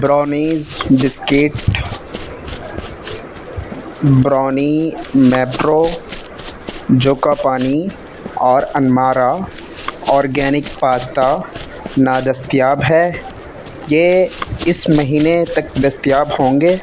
brownies biscuit brownie Mapro جوکا پانی اور انمارا آرگینک پاستا نادستیاب ہے یہ اس مہینے تک دستیاب ہوں گے